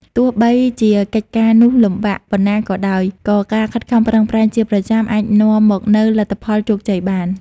ទោះបីជាកិច្ចការនោះលំបាកប៉ុណ្ណាក៏ដោយ ក៏ការខិតខំប្រឹងប្រែងជាប្រចាំអាចនាំមកនូវលទ្ធផលជោគជ័យបាន។